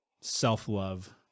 self-love